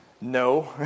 No